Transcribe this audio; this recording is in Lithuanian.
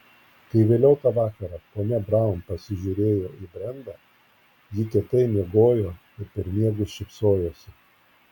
kai vėliau tą vakarą ponia braun pasižiūrėjo į brendą ji kietai miegojo ir per miegus šypsojosi